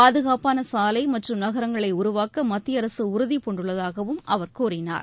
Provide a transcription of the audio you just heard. பாதுகாப்பான சாலை மற்றும் நகரங்களை உருவாக்க மத்திய அரசு உறுதிபூண்டுள்ளதாகவும் அவர் கூறினார்